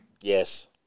Yes